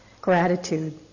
gratitude